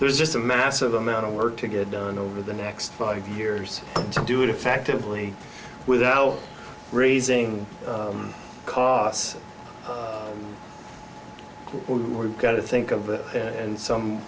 there's just a massive amount of work to get done over the next five years to do it effectively without raising costs or we've got to think of that and some